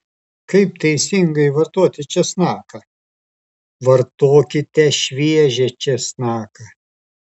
kaip teisingai vartoti česnaką vartokite šviežią česnaką